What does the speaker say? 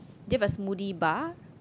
do you have a smoothie bar